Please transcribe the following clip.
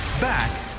Back